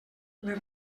les